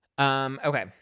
Okay